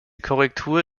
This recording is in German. korrektur